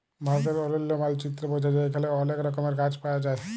ভারতের অলন্য মালচিত্রে বঝা যায় এখালে অলেক রকমের গাছ পায়া যায়